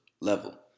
Level